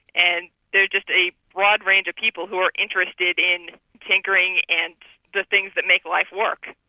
and there are just a broad range of people who are interested in tinkering and the things that make life work.